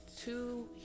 two